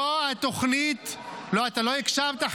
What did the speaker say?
זה לא יאומן --- מדהים, מדהים, מדהים.